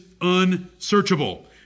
unsearchable